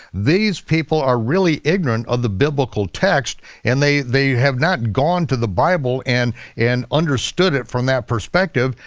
these people are really ignorant of the biblical text and they they have not gone to the bible and and understood it from that perspective.